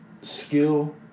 skill